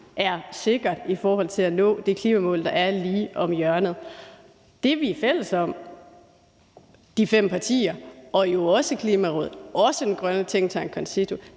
er sikkert, altså i forhold til at nå det klimamål, der er lige om hjørnet. Det, vi er fælles om i de fem partier og jo også med Klimarådet og også den grønne tænketank CONCITO,